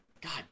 God